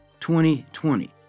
2020